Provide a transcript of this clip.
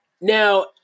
Now